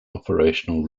operational